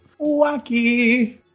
Wacky